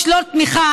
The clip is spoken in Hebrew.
או לשלול תמיכה,